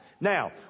Now